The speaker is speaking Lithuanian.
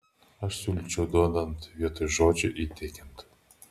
aš siūlyčiau duodant vietoj žodžio įteikiant